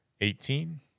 Eighteen